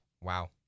Wow